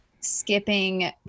skipping